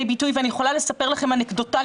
ביטוי ואני יכולה לספר לכם אנקדוטה,